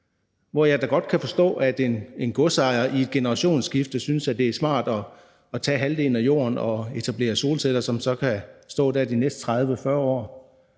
og jeg kan da godt forstå, at en godsejer i et generationsskifte synes, at det er smart at tage halvdelen af jorden og etablere solceller, som så kan stå der de næste 30-40 år.